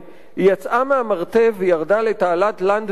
היא יצאה מהמרתף וירדה לתעלת לנדוור,